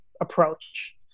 approach